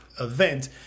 event